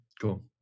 Cool